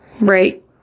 Right